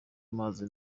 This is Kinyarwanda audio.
amazi